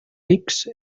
rics